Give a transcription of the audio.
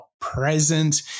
present